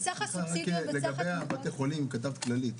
רק לגבי בתי החולים כתבת כללית.